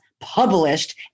published